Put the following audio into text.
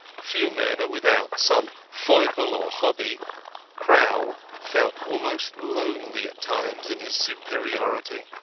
few men are without some foible or hobby crowl felt almost lonely at times in his superiority.